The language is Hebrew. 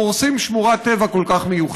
גם הורסים שמורת טבע כל כך מיוחדת.